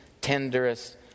tenderest